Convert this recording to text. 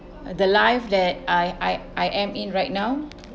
the life that I I I am in right now